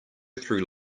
through